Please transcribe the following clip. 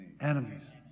enemies